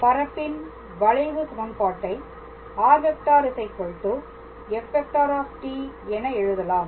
எனவே பரப்பின் வளைவு சமன்பாட்டை r⃗ f ⃗ என எழுதலாம்